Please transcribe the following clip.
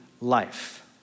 life